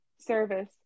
service